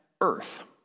earth